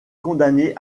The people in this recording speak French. condamné